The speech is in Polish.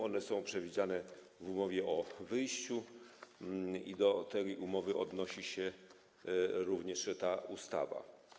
One są przewidziane w umowie o wyjściu i do tej umowy odnosi się również ta ustawa.